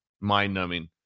mind-numbing